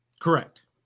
Correct